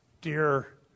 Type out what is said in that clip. Dear